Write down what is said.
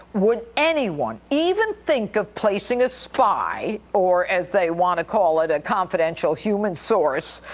would anyone even think of placing a spy, or as they want to call it a confidential human source,